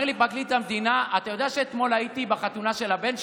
אומר לי פרקליט המדינה: אתה יודע שאתמול הייתי בחתונה של הבן שלו?